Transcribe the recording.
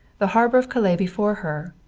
the harbor of calais before her,